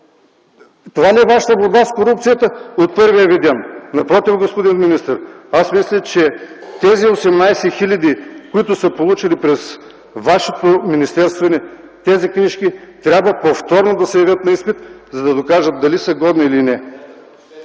Това ли е Вашата борба с корупцията от първия Ви ден? Напротив, господин министър, аз мисля, че тези 18 хиляди, които са получили през Вашето министерстване тези книжки, трябва да се явят повторно на изпит, за да докажат дали са годни или не.